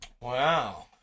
wow